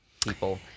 people